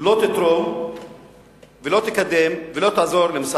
לא תקדם את משרד הפנים, לא תתרום לו ולא תעזור לו.